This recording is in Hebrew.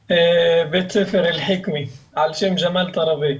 אל חיקמי על שם ג'מאל קראבי.